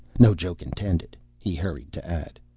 no joke intended, he hurried to add.